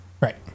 Right